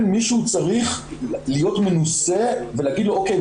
מישהו צריך להיות מנוסה ולהגיד לו 'או.קיי,